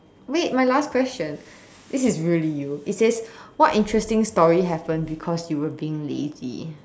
wait my last question this is really you it says what interesting story happened because you were being lazy